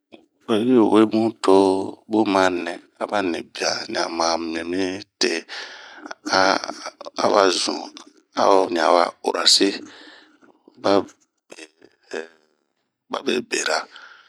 Oyi yu we bun toba bun ma nɛ ba nii bian nɛwa mimite awa wa urasi babebera..